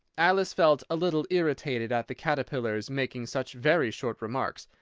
alice felt a little irritated at the caterpillar's making such very short remarks,